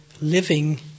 living